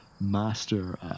master